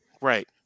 Right